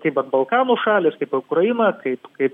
kaip vat balkanų šalys kaip ukraina kaip kaip